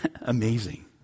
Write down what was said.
Amazing